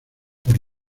por